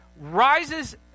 rises